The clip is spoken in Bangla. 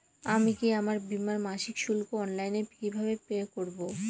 আমি কি আমার বীমার মাসিক শুল্ক অনলাইনে কিভাবে পে করব?